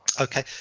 Okay